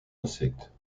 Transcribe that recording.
insectes